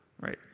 right